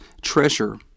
treasure